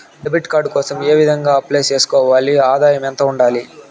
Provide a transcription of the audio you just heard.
Debit card కోసం ఏ విధంగా అప్లై సేసుకోవాలి? ఆదాయం ఎంత ఉండాలి?